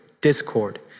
discord